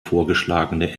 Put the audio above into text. vorgeschlagene